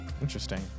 Interesting